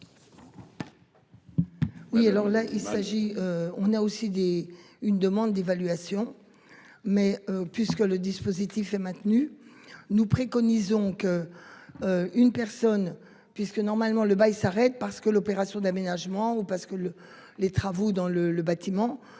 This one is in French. Oui alors là il s'agit. On a aussi des. Une demande d'évaluation. Mais puisque le dispositif est maintenu, nous préconisons qu'. Une personne puisque normalement le bas il s'arrête parce que l'opération d'aménagement ou parce que le, les travaux dans le le bâtiment